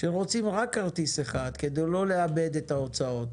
שרוצים רק כרטיס אחד כדי לא לאבד את האפשרות